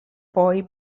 boy